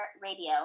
radio